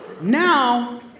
Now